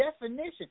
definition